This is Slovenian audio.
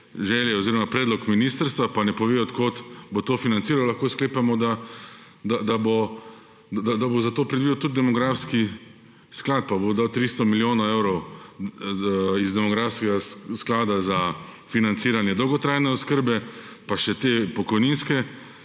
želje oziroma predlog ministrstva, pa ne pove od kje bo to financiralo, lahko sklepamo, da bo za to predvidel tudi demografski sklad pa bo dal 300 milijonov evrov iz demografskega sklada za financiranje dolgotrajne oskrbe, pa še te pokojninske